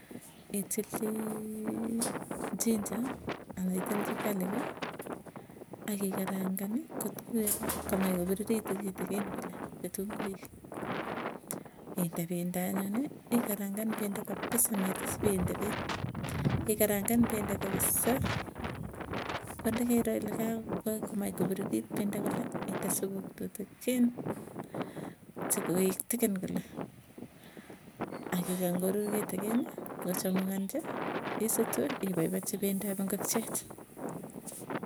Itilchi garlic i ana ko ginger akikarangani kotkuyoo kamach kopiriritu kitikin kole kitunguik, inde pendo anyuni ikarangan kapisa metisipinde peek. Ikarangan pendo kapisa ko ndekero ile kakomach kopiririt pendo kole inde supuk tutikin, sikoek teken kole. Akikany kochamukanchi isutu ipaipachi pendop ingokiekit.